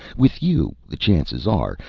with you, the chances are,